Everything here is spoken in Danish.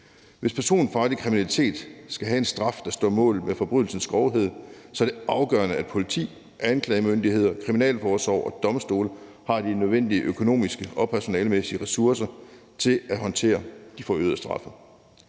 for personfarlig kriminalitet skal være en straf, der står mål med forbrydelsens grovhed, er det afgørende, at politi, anklagemyndighed, kriminalforsorg og domstole har de nødvendige økonomiske og personalemæssige ressourcer til at håndtere de forøgede straffe.